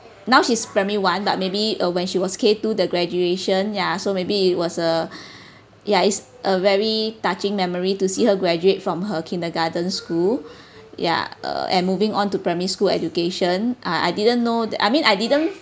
now she's primary one but maybe uh when she was K two the graduation ya so maybe it was a ya it's a very touching memory to see her graduate from her kindergarten school ya err and moving on to primary school education I I didn't know that I mean I didn't